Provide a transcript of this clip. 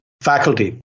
faculty